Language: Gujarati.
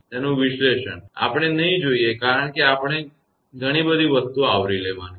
તેનું વિશ્લેષણ આપણે નહીં જોઇએ કારણ કે આપણે ઘણી વસ્તુઓ આવરી લેવાની છે